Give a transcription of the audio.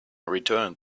returned